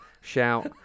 shout